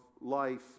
life